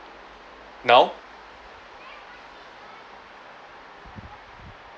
now